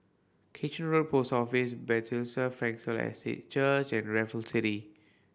Kitchener Road Post Office Bethesda Frankel Estate Church and Raffle City